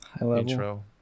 intro